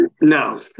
no